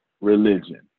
religion